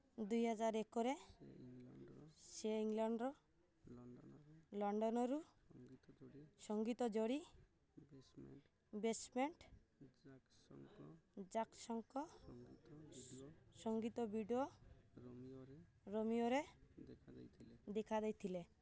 ଦୁଇହଜାର ଏକରେ ସେ ଇଂଲଣ୍ଡର ଲଣ୍ଡନରୁ ସଙ୍ଗୀତ ଯୋଡ଼ି ବେସ୍ମେଣ୍ଟ ଜାକ୍ସଙ୍କ ସଙ୍ଗୀତ ଭିଡ଼ିଓ ରୋମିଓରେ ଦେଖା ଦେଇଥିଲେ